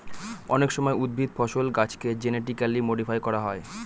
অনেক সময় উদ্ভিদ, ফসল, গাছেকে জেনেটিক্যালি মডিফাই করা হয়